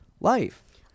life